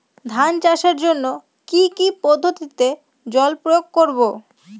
ধান চাষের জন্যে কি কী পদ্ধতিতে জল প্রয়োগ করব?